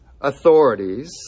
authorities